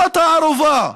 זאת הערובה.